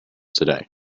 today